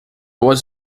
was